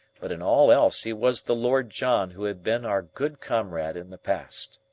but in all else he was the lord john who had been our good comrade in the past.